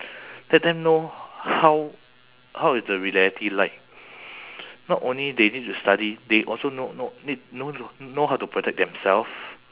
let them know how how is the reality like not only they need to study they also know know need know know how to protect themselves